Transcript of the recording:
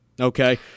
Okay